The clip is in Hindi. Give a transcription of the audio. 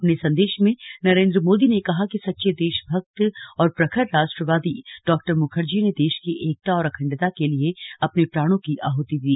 अपने संदेश में नरेन्द्र मोदी ने कहा कि सच्चे देशभक्त और प्रखर राष्ट्रवादी डॉ मुखर्जी ने देश की एकता और अखंडता के लिए अपने प्राणों की आहुति दी